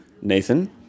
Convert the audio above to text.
Nathan